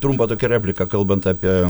trumpą tokią repliką kalbant apie